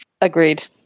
Agreed